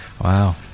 Wow